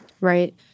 Right